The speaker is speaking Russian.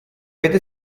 этой